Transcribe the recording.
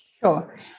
Sure